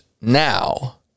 now